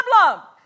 problem